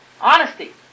Honesty